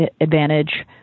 advantage